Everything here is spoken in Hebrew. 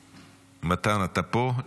מתן, אתה פה?